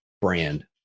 brand